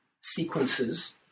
sequences